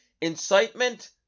Incitement